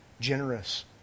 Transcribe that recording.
generous